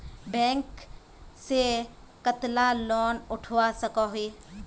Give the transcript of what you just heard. Bank से कतला loan उठवा सकोही?